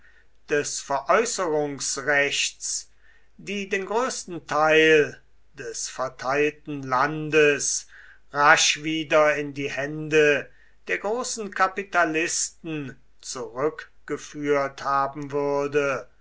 des veräußerungsrechts die den größten teil des verteilten landes rasch wieder in die hände der großen kapitalisten zurückgeführt haben würde